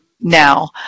now